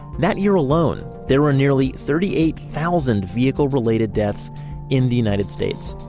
that year alone, there were nearly thirty eight thousand vehicle-related deaths in the united states.